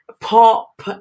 pop